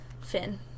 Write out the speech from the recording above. Finn